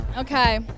Okay